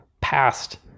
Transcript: past